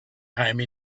home